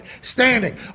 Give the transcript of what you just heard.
standing